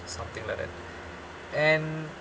something like that and